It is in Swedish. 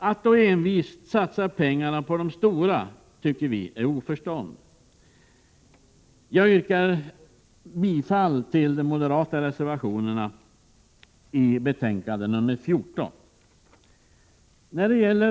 Att då envist satsa pengarna på de stora tycker vi är oförståndigt. Jag yrkar bifall till de moderata reservationerna i arbetsmarknadsutskottets betänkande 14.